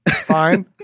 Fine